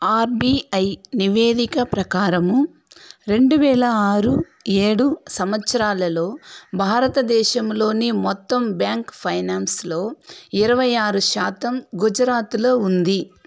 RBI నివేదిక ప్రకారము రెండు వేల ఆరు ఏడు సంవత్సరాలలో భారతదేశంలోని మొత్తం బ్యాంక్ ఫైనాన్స్లో ఇరవై ఆరు శాతం గుజరాత్లో ఉంది